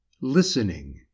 Listening